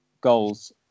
goals